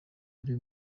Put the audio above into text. ari